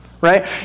right